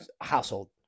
household